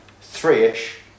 three-ish